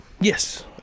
yes